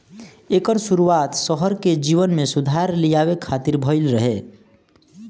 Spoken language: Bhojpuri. एकर शुरुआत शहर के जीवन में सुधार लियावे खातिर भइल रहे